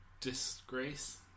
disgrace